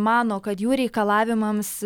mano kad jų reikalavimams